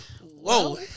Whoa